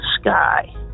sky